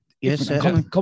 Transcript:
yes